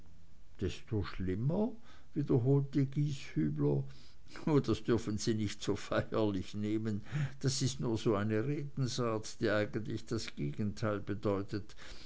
desto schlimmer wiederholte gieshübler oh sie dürfen das nicht so feierlich nehmen das ist nur so eine redensart die eigentlich das gegenteil bedeutet